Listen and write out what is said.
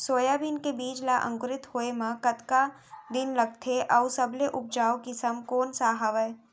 Soybean के बीज ला अंकुरित होय म कतका दिन लगथे, अऊ सबले उपजाऊ किसम कोन सा हवये?